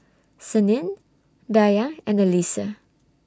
Senin Dayang and Alyssa